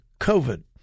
COVID